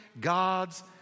God's